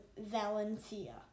Valencia